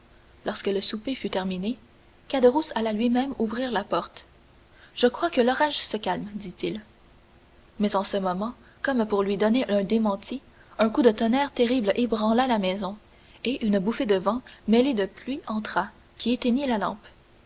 lorsque le souper fut terminé caderousse alla lui-même ouvrir la porte je crois que l'orage se calme dit-il mais en ce moment comme pour lui donner un démenti un coup de tonnerre terrible ébranla la maison et une bouffée de vent mêlée de pluie entra qui éteignit la lampe